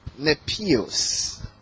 Nepios